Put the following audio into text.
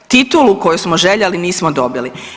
Titulu koju smo željeli nismo dobili.